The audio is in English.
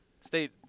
State